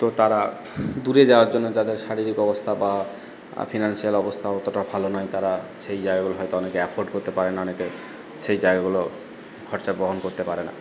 তো তারা দূরে যাওয়ার জন্য যাদের শারীরিক অবস্থা বা ফিনান্সিয়াল অবস্থা অতটা ভালো নয় তারা সেই জায়গাগুলো হয়তো অনেকে অ্যাফোর্ড করতে পারে না অনেকে সেই জায়গাগুলো খরচা বহন করতে পারে না